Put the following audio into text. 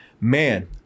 man